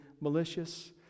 malicious